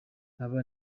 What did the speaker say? aba